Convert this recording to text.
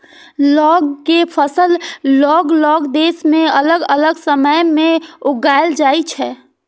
लौंग के फसल अलग अलग देश मे अलग अलग समय मे उगाएल जाइ छै